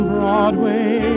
Broadway